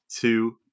two